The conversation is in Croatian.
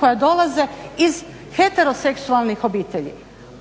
koja dolaze iz heteroseksualnih obitelji.